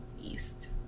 east